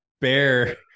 bear